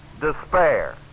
despair